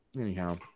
anyhow